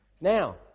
Now